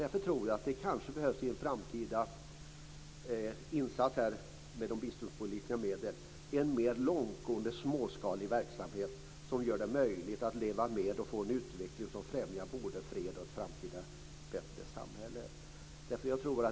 Därför kanske det i en framtida insats med biståndspolitiska medel behövs en mer långtgående småskalig verksamhet som gör det möjligt att leva med och få en utveckling som främjar både fred och ett framtida bättre samhälle.